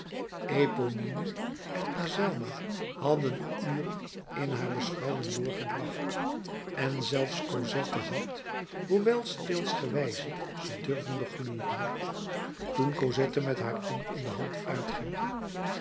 eponine en azelma hadden uren in haar beschouwing doorbracht en zelfs cosette had hoewel steelsgewijze ze durven begluren toen cosette met haar emmer in de hand uitging